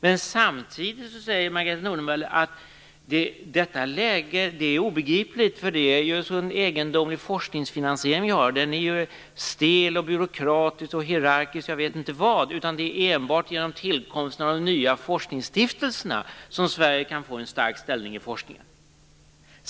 Men samtidigt säger Margareta Nordenvall att detta läge är obegripligt eftersom vi har en sådan egendomlig forskningsfinansiering. Hon säger att den är stel, byråkratisk, hierarkisk och jag vet inte vad och att det är enbart genom tillkomsten av de nya forskningsstiftelserna som Sverige kan få en stark ställning i forskningen.